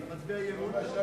אתה מצביע אי-אמון?